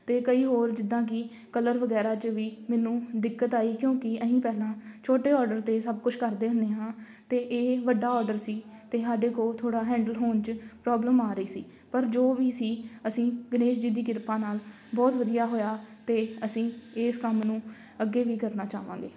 ਅਤੇ ਕਈ ਹੋਰ ਜਿੱਦਾਂ ਕਿ ਕਲਰ ਵਗੈਰਾ 'ਚ ਵੀ ਮੈਨੂੰ ਦਿੱਕਤ ਆਈ ਕਿਉਂਕਿ ਅਸੀਂ ਪਹਿਲਾਂ ਛੋਟੇ ਔਡਰ 'ਤੇ ਸਭ ਕੁਛ ਕਰਦੇ ਹੁੰਦੇ ਹਾਂ ਅਤੇ ਇਹ ਵੱਡਾ ਔਡਰ ਸੀ ਅਤੇ ਸਾਡੇ ਕੋਲ ਥੋੜ੍ਹਾ ਹੈਂਡਲ ਹੋਣ 'ਚ ਪ੍ਰੋਬਲਮ ਆ ਰਹੀ ਸੀ ਪਰ ਜੋ ਵੀ ਸੀ ਅਸੀਂ ਗਨੇਸ਼ ਜੀ ਦੀ ਕਿਰਪਾ ਨਾਲ ਬਹੁਤ ਵਧੀਆ ਹੋਇਆ ਅਤੇ ਅਸੀਂ ਇਸ ਕੰਮ ਨੂੰ ਅੱਗੇ ਵੀ ਕਰਨਾ ਚਾਹਵਾਂਗੇ